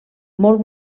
molt